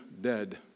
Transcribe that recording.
dead